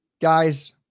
guys